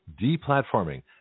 deplatforming